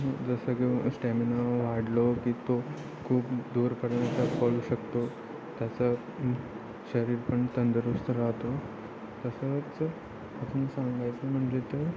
जसं किंवा स्टॅमिना वाढलो की तो खूप दूरपर्यंत पळू शकतो त्याचा शरीर पण तंदुरुस्त राहतो तसंच आपण सांगायचं म्हणजे तर